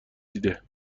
دیده